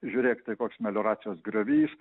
žiūrėk tai koks melioracijos griovys